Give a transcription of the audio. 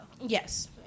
Yes